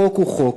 חוק הוא חוק,